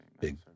big